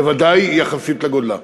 בוודאי יחסית לגודלה.